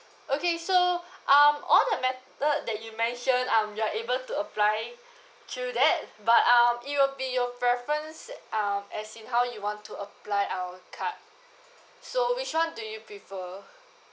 okay so um all the method that you mentioned um you're able to apply through that but um it will be your preference um as in how you want to apply our card so which one do you prefer